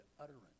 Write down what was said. utterance